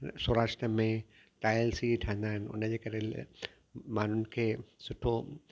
सौराष्ट्र में टाइल्स ई ठहंदा आहिनि उनजे करे माण्हुनि खे सुठो